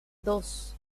dos